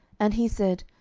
and he said,